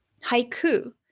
haiku